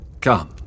Come